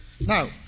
Now